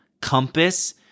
Compass